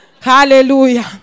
Hallelujah